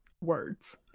words